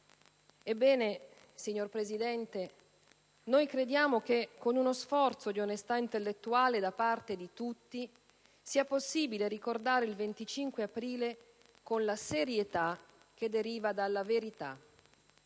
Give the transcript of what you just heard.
Ebbene, signor Presidente, crediamo che con uno sforzo di onestà intellettuale da parte di tutti sia possibile ricordare il 25 aprile con la serietà che deriva dalla verità,